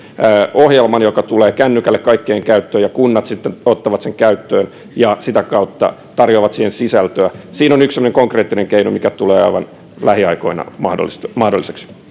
ohjelman joka tulee kännykälle kaikkien käyttöön ja kunnat sitten ottavat sen käyttöön ja sitä kautta tarjoavat siihen sisältöä siinä on yksi semmoinen konkreettinen keino mikä tulee aivan lähiaikoina mahdolliseksi mahdolliseksi